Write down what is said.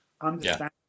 understand